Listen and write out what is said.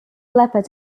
leopard